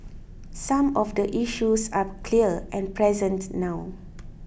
some of the issues are clear and present now